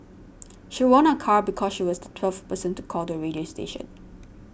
she won a car because she was the twelfth person to call the radio station